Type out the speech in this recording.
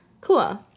Cool